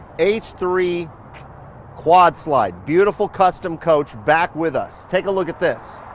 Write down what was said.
h three quad slide, beautiful custom coach back with us. take a look at this.